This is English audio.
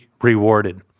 rewarded